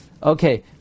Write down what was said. Okay